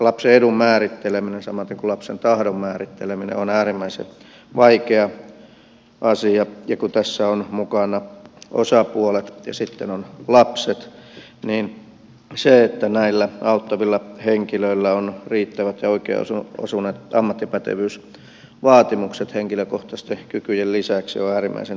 lapsen edun määritteleminen samaten kuin lapsen tahdon määritteleminen on äärimmäisen vaikea asia ja kun tässä on mukana osapuolet ja sitten on lapset niin se että näillä auttavilla henkilöillä on riittävät ja oikeaan osuneet ammattipätevyysvaatimukset henkilökohtaisten kykyjen lisäksi on äärimmäisen tärkeä asia